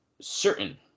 certain